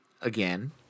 again